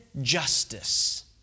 justice